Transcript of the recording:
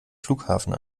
flughafen